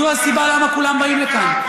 זו הסיבה שכולם באים לכאן.